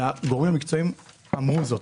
והגורמים המקצועיים אמרו זאת.